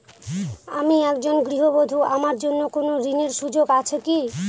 আমি একজন গৃহবধূ আমার জন্য কোন ঋণের সুযোগ আছে কি?